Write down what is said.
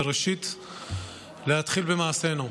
וראשית להתחיל במעשינו.